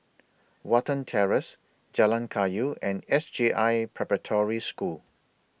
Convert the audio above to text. Watten Terrace Jalan Kayu and S J I Preparatory School